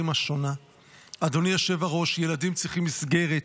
אדוני היושב-ראש, ילדים צריכים מסגרת.